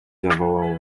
zawołał